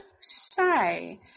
say